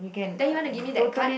then you want to give me that card